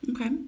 Okay